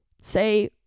Say